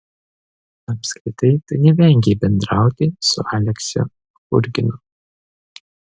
apskritai tu nevengei bendrauti su aleksiu churginu